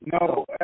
No